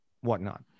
whatnot